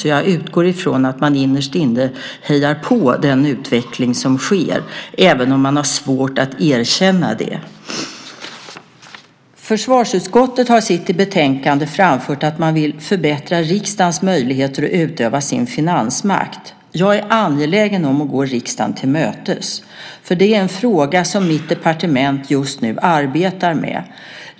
Jag utgår alltså ifrån att man innerst inne hejar på den utveckling som sker, även om man har svårt att erkänna det. Försvarsutskottet har i sitt betänkande framfört att man vill förbättra riksdagens möjligheter att utöva sin finansmakt. Jag är angelägen om att gå riksdagen till mötes. Detta är en fråga som mitt departement just nu arbetar med.